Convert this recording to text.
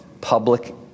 public